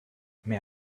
may